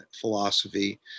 philosophy